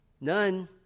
None